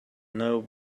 now